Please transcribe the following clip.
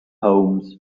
homes